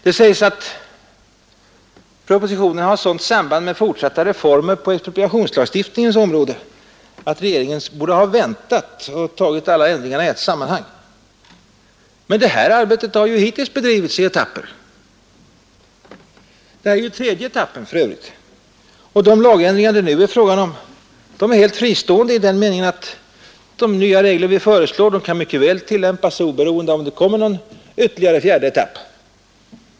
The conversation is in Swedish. Det sägs också att propositionen har sådant samband med fortsatta reformer på expropriationslagstiftningens område, att regeringen borde ha väntat och tagit alla ändringar i ett sammanhang. Men arbetet har hittills bedrivits i reformetapper — det här är den tredje etappen för övrigt — och de lagändringar det nu är fråga om är helt fristående i den meningen att de nya regler vi föreslår mycket väl kan tillämpas oberoende av om det blir någon ytterligare fjärde etapp.